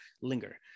linger